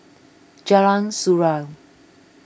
Jalan Surau